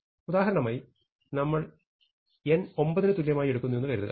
ഉദാഹരണമായി നമ്മൾ n 9ന് തുല്യമായി എടുക്കുന്നുവെന്നു കരുതുക